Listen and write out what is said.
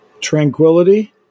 tranquility